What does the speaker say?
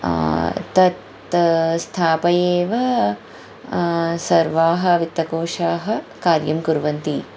तत् स्थापयेव सर्वाः वित्तकोशाः कार्यं कुर्वन्ति